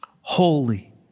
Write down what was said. holy